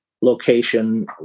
location